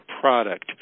product